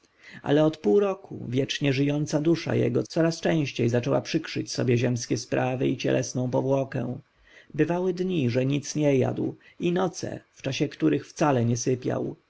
ale od pół roku wiecznie żyjąca dusza jego coraz częściej zaczęła przykrzyć sobie ziemskie sprawy i cielesną powłokę bywały dnie że nic nie jadł i noce w czasie których wcale nie sypiał